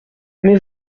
mais